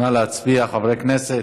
נא להצביע, חברי הכנסת.